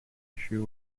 issue